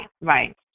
right